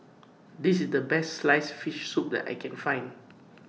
This IS The Best Sliced Fish Soup that I Can Find